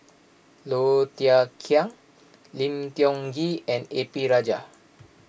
Low Thia Khiang Lim Tiong Ghee and A P Rajah